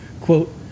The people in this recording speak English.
quote